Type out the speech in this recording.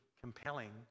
compelling